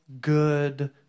good